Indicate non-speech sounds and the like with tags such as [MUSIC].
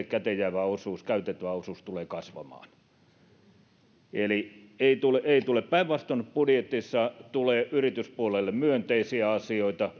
[UNINTELLIGIBLE] käteen jäävä osuus käytettävä osuus tulee kasvamaan eli ei tule ei tule päinvastoin budjetissa tulee yrityspuolelle myönteisiä asioita